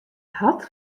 hart